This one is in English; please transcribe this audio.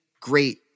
great